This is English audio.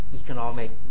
economic